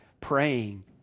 praying